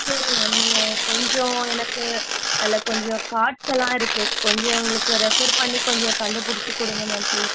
சரி மேம் நீங்கள் கொஞ்சம் எனக்கு அதில் கொஞ்சம் கார்ட்ஸெலாம் இருக்குது கொஞ்சம் எங்களுக்கு ரெஃபர் பண்ணி கொஞ்சம் கண்டுபிடித்து கொடுங்க மேம் ப்ளீஸ்